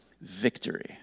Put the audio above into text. victory